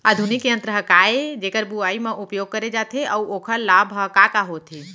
आधुनिक यंत्र का ए जेकर बुवाई म उपयोग करे जाथे अऊ ओखर लाभ ह का का होथे?